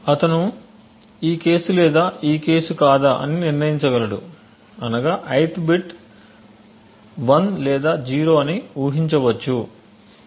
అతను ఈ కేసు లేదా ఈ కేసు కాదా అని నిర్ణయించగలడు అనగా ith బిట్ 1 లేదా 0 అని ఊహించవచ్చు